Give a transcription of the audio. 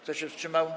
Kto się wstrzymał?